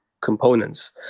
components